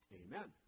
amen